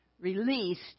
released